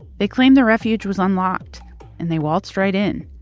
they claimed the refuge was unlocked and they waltzed right in.